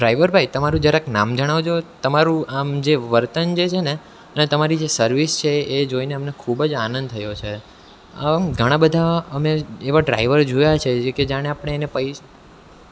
driver ભાઈ તમારું જરાક નામ જણાવજો તમારું આમ જે વર્તન જે છે ને અને તમારી જે સર્વિસ છે એ જોઈને અમને ખૂબ જ આનંદ થયો છે ઘણાં બધા અમે એવા ડ્રાઈવરો જોયા છે જે કે જાણે આપણે એને પૈસ